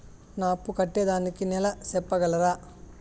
నా అప్పు కట్టేదానికి నెల సెప్పగలరా?